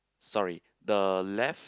sorry the left